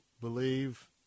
believe